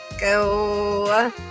go